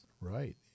Right